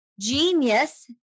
genius